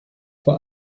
vor